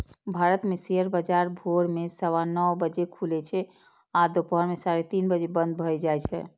भारत मे शेयर बाजार भोर मे सवा नौ बजे खुलै छै आ दुपहर मे साढ़े तीन बजे बंद भए जाए छै